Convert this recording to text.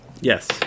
Yes